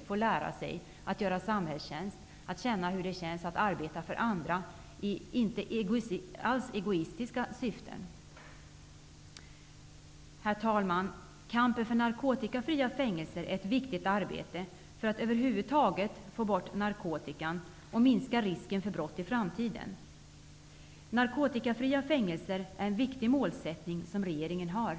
ungdomar får lära sig att göra samhällstjänst, att uppleva hur det känns att arbeta för andra utan några som helst egoistiska syften. Herr talman! Kampen för narkotikafria fängelser är ett viktigt arbete för att över huvud taget få bort narkotikan och för att minska risken för brott i framtiden. Narkotikafria fängelser är en viktig målsättning för regeringen.